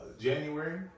January